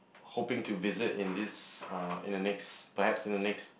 hoping to visit in this uh in the next perhaps in the next